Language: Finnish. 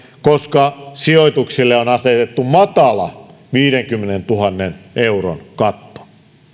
koska sijoituksille on asetettu matala viidenkymmenentuhannen euron katto